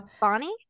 Bonnie